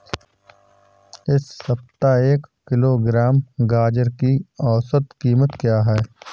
इस सप्ताह एक किलोग्राम गाजर की औसत कीमत क्या है?